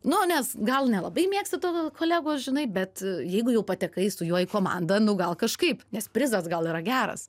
nu nes gal nelabai mėgsti tų kolegų žinai bet jeigu jau patekai su juo į komandą nu gal kažkaip nes prizas gal yra geras